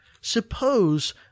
Suppose